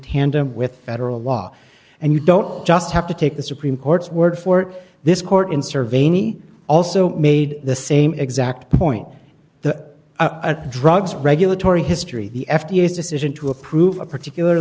tandem with federal law and you don't just have to take the supreme court's word for this court in survey me also made the same exact point the drugs regulatory history the f d a his decision to approve a particular